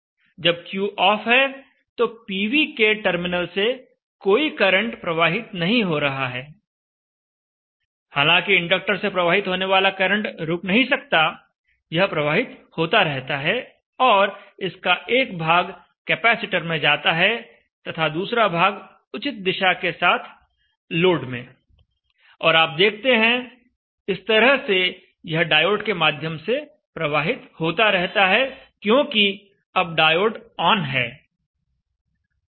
जब Q off है तो पीवी के टर्मिनल से कोई करंट प्रवाहित नहीं हो रहा है हालांकि इंडक्टर से प्रवाहित होने वाला करंट रुक नहीं सकता यह प्रवाहित होता रहता है और इसका एक भाग कैपेसिटर में जाता है तथा दूसरा भाग उचित दिशा के साथ लोड में और आप देखते हैं इस तरह से यह डायोड के माध्यम से प्रवाहित होता रहता है क्योंकि अब डायोड ऑन है